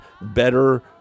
better